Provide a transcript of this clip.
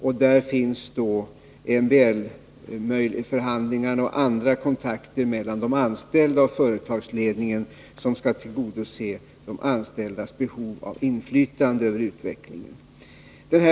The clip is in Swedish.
Det finns MBL-förhandlingar och andra kontakter mellan de anställda och företagsledningen som skall tillgodose de anställdas behov av inflytande över utvecklingen.